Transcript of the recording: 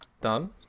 done